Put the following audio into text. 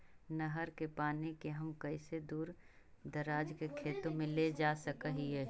नहर के पानी के हम कैसे दुर दराज के खेतों में ले जा सक हिय?